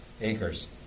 acres